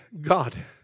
God